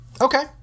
Okay